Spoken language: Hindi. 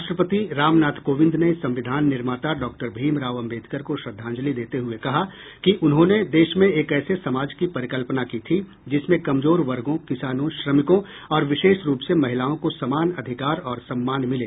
राष्ट्रपति राम नाथ कोविंद ने संविधान निर्माता डॉक्टर भीम राव आंबेडकर को श्रद्वांजलि देते हुये कहा कि उन्होंने देश में एक ऐसे समाज की परिकल्पना की थी जिसमें कमजोर वर्गों किसानों श्रमिकों और विशेष रूप से महिलाओं को समान अधिकार और सम्मान मिले